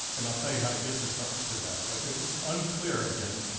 and i'll tell you how to get to sort of to that, but it's unclear, again,